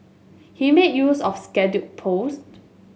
he made use of scheduled post